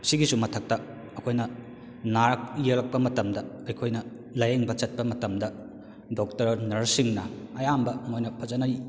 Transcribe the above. ꯁꯤꯒꯤꯁꯨ ꯃꯊꯛꯇ ꯑꯩꯈꯣꯏꯅ ꯅꯥꯔꯛ ꯌꯦꯛꯂꯛꯄ ꯃꯇꯝꯗ ꯑꯩꯈꯣꯏꯅ ꯂꯥꯏꯌꯦꯡꯕ ꯆꯠꯄ ꯃꯇꯝꯗ ꯗꯣꯛꯇꯔ ꯅꯔꯁꯁꯤꯡꯅ ꯑꯌꯥꯝꯕ ꯃꯣꯏꯅ ꯐꯖꯅ